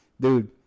Dude